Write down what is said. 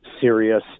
serious